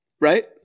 right